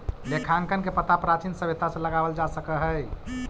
लेखांकन के पता प्राचीन सभ्यता से लगावल जा सकऽ हई